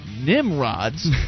nimrods